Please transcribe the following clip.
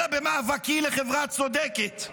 אלא במאבקי לחברה צודקת,